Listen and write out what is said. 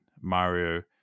Mario